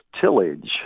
tillage